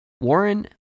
Warren